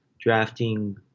drafting